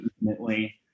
intimately